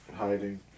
hiding